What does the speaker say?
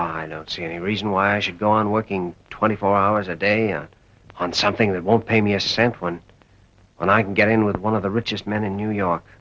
i don't see any reason why i should go on working twenty four hours a day on something that won't pay me a cent when i can get in with one of the richest men in new york